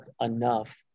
enough